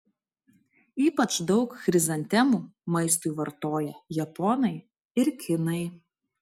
ypač daug chrizantemų maistui vartoja japonai ir kinai